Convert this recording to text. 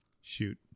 shoot